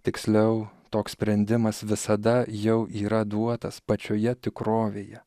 tiksliau toks sprendimas visada jau yra duotas pačioje tikrovėje